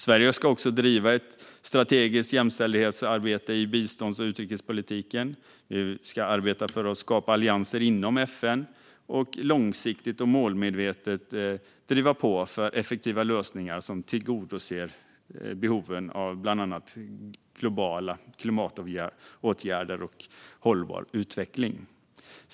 Sverige ska också driva ett strategiskt jämställdhetsarbete i bistånds och utrikespolitiken, arbeta för att skapa allianser inom FN och långsiktigt och målmedvetet driva på för effektiva lösningar som tillgodoser behoven av bland annat globala klimatåtgärder och hållbar utveckling.